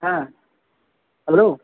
হ্যাঁ হ্যালো